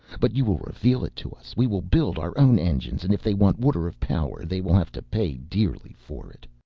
but you will reveal it to us! we will build our own engines and if they want water-of-power they will have to pay dearly for it.